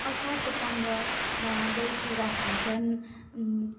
असारको पन्ध्रमा दही चिउरा खान्छन्